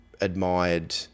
admired